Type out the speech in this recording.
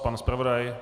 Pan zpravodaj?